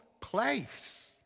place